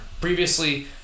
Previously